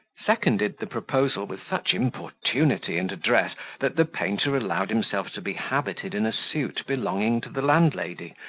seconded the proposal with such importunity and address, that the painter allowed himself to be habited in a suit belonging to the landlady,